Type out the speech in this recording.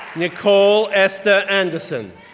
nicole esther anderson,